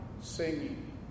singing